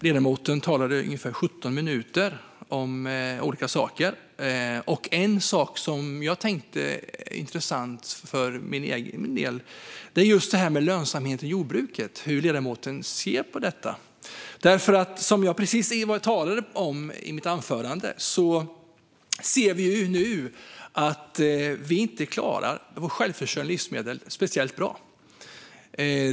Ledamoten talade i ungefär 17 minuter om olika saker, och en sak som är intressant för min del är det här med lönsamhet i jordbruket. Hur ser ledamoten på det? Som jag talade om i mitt anförande ser vi nu att Sverige inte är speciellt bra på att vara självförsörjande på livsmedel.